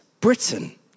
Britain